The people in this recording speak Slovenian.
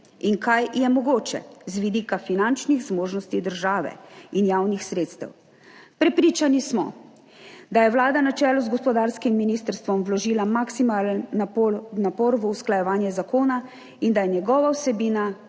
in kaj je mogoče z vidika finančnih zmožnosti države in javnih sredstev. Prepričani smo, da je Vlada na čelu z gospodarskim ministrstvom vložila maksimalen napor v usklajevanje zakona in da njegova vsebina